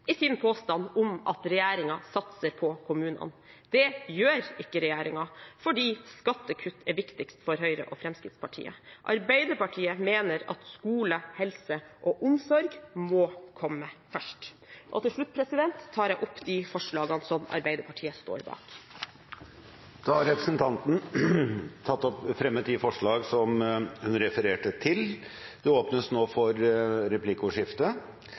i sin påstand om at regjeringen satser på kommunene. Det gjør regjeringen ikke, fordi skattekutt er viktigst for Høyre og Fremskrittspartiet. Arbeiderpartiet mener at skole, helse og omsorg må komme først. Til slutt tar jeg opp de forslagene som Arbeiderpartiet står bak – alene eller sammen med andre. Representanten Helga Pedersen har tatt opp de forslagene hun refererte til. Det blir replikkordskifte.